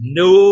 no